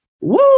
woo